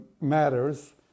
matters